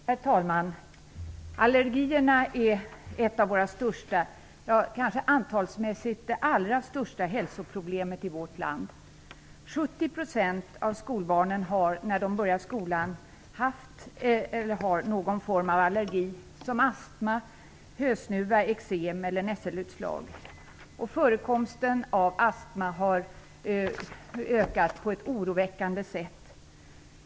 Herr talman! Allergierna är ett av våra största hälsoproblem, ja kanske antalsmässigt det allra största hälsoproblemet i vårt land. 70 % av skolbarnen har när de börjar skolan haft eller har fortfarande någon form av allergi, som astma, hösnuva, eksem eller nässelutslag. Förekomsten av astma har ökat på ett oroväckande sätt.